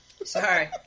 Sorry